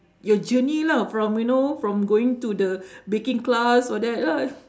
your journey lah from you know from going to the baking class all that ah